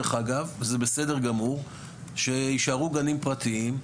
דרך אגב וזה בסדר גמור שיישארו גנים פרטיים,